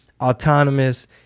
autonomous